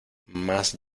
más